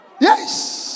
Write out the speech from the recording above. Yes